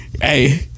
Hey